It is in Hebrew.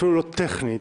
אפילו טכנית,